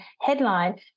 headline